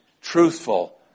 truthful